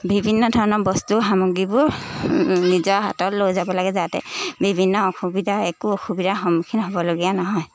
বিভিন্ন ধৰণৰ বস্তুৰ সামগ্ৰীবোৰ নিজৰ হাতত লৈ যাব লাগে যাতে বিভিন্ন অসুবিধা একো অসুবিধাৰ সন্মুখীন হ'বলগীয়া নহয়